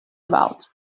about